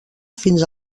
fins